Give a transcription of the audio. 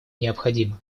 необходимо